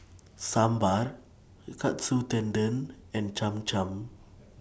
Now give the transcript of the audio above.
Sambar Katsu Tendon and Cham Cham